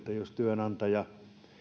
jos työnantaja